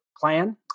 plan